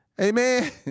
Amen